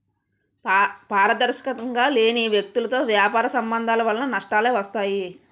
పారదర్శకంగా లేని వ్యక్తులతో వ్యాపార సంబంధాల వలన నష్టాలే వస్తాయి